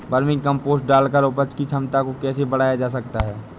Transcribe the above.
Vermi compost डालकर उपज की क्षमता को कैसे बढ़ाया जा सकता है?